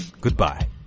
goodbye